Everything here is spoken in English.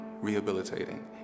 rehabilitating